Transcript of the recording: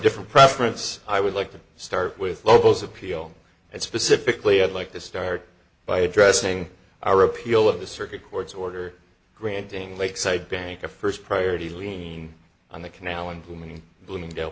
different preference i would like to start with logos appeal and specifically i'd like to start by addressing a repeal of the circuit court's order granting lakeside bank a first priority lean on the canal implementing bloomingdale